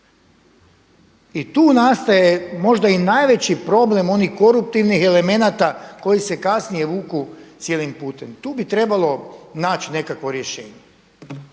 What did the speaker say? I tu nastaje možda i najveći problem onih koruptivnih elementa koji se kasnije vuku cijelim putem. Tu bi trebalo naći nekakvo rješenje.